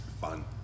fun